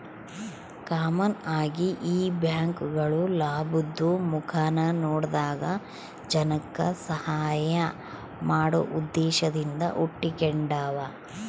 common ಆಗಿ ಈ ಬ್ಯಾಂಕ್ಗುಳು ಲಾಭುದ್ ಮುಖಾನ ನೋಡದಂಗ ಜನಕ್ಕ ಸಹಾಐ ಮಾಡೋ ಉದ್ದೇಶದಿಂದ ಹುಟಿಗೆಂಡಾವ